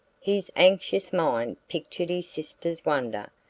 his anxious mind pictured his sister's wonder,